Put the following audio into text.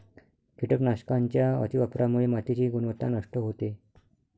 कीटकनाशकांच्या अतिवापरामुळे मातीची गुणवत्ता नष्ट होते